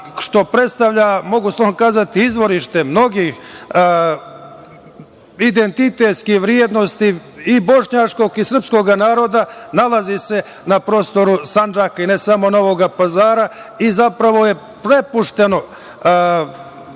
što predstavlja, mogu slobodno kazati, izvorište mnogih identiteskih vrednosti i bošnjačkog i srpskog naroda, nalazi se na prostoru Sandžaka i ne samo Novog Pazara i zapravo je propušteno